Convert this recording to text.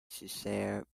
cesare